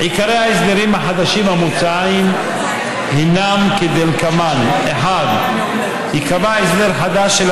עיקרי ההסדרים החדשים המוצעים הינם כדלקמן: 1. ייקבע הסדר חדש של